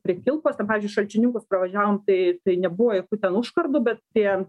prie kilpos ten pavyzdžiui šalčininkus pravažiavom tai tai nebuvo jokių ten užkardų bet tie